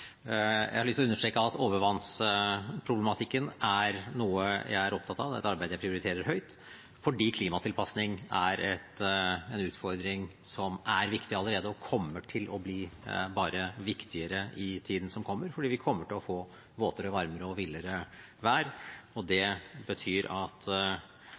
Jeg har lyst til å understreke at overvannsproblematikken er noe jeg er opptatt av. Det er et arbeid jeg prioriterer høyt, for klimatilpasning er en utfordring som allerede er viktig, og som kommer til å bli bare viktigere i tiden som kommer. Vi kommer til å få våtere, varmere og villere vær, og det betyr at